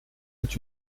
êtes